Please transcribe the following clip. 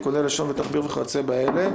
תיקוני לשון ותחביר וכיוצא באלה